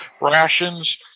rations